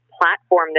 platform